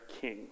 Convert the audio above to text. king